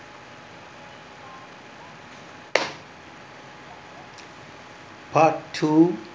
part two